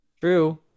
True